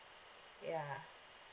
ya